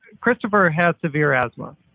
christopher has severe asthma,